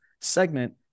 segment